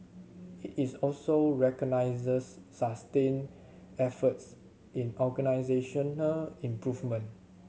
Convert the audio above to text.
it is also recognises sustained efforts in organisational improvement